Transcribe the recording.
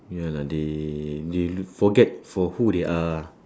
ya lah they they forget for who they are